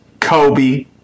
Kobe